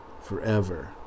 forever